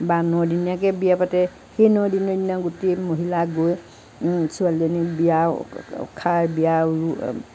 বা ন দিনীয়াকে বিয়া পাতে সেই ন দিনৰ দিনা গোটেই মহিলা গৈ ছোৱালীজনিক বিয়া খায় বিয়া